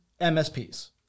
MSPs